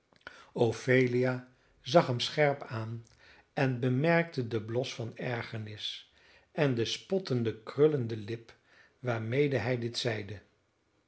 ophelia zag hem scherp aan en bemerkte den blos van ergenis en de spottend krullende lip waarmede hij dit zeide